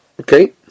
Okay